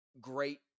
great